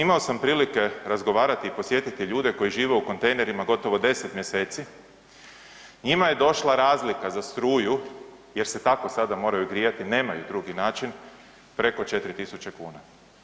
Imao samo prilike razgovarati i posjetiti ljude koji žive u kontejnerima gotovo 10 mjeseci, njima je došla razlika za struju jer se tako sada moraju grijati, nemaju drugi način preko 4.000 kuna.